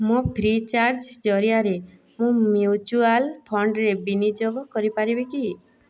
ମୋ free charge ଜରିଆରେ ମୁଁ ମ୍ୟୁଚୁଆଲ୍ ଫଣ୍ଡରେ ବିନିଯୋଗ କରିପାରିବି କି